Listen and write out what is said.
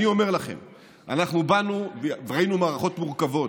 אנחנו באנו וראינו מערכות מורכבות,